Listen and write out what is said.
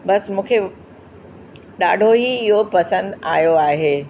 बसि मूंखे ॾाढो ई इहो पसंदि आयो आहे